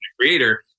creator